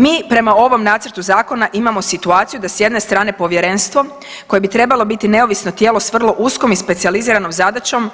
Mi prema ovom nacrtu zakona imamo situaciju da s jedne strane povjerenstvo, koje bi trebalo biti neovisno tijelo s vrlo uskom i specijaliziranom zadaćom,